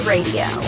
Radio